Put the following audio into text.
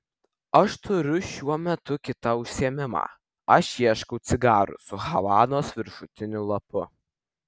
aš turiu šiuo metu kitą užsiėmimą aš ieškau cigarų su havanos viršutiniu lapu